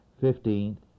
Fifteenth